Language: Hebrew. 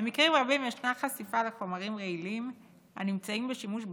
במקרים רבים ישנה חשיפה לחומרים רעילים הנמצאים בשימוש ביתי,